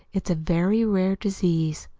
it's a very rare disease,